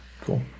cool